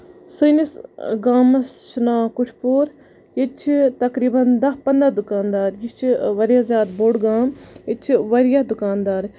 سٲنِس گامَس چھُ ناو کُٹھپوٗر ییٚتہِ چھِ تَقریٖبَن دہ پَنداہ دُکان دار یہِ چھِ واریاہ زیادٕ بوٚڑ گام یہِ چھُ ییٚتہِ چھِ واریاہ دُکان دار